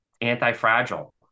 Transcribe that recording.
anti-fragile